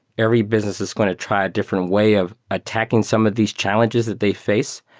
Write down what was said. every business is going to try a different way of attacking some of these challenges that they face.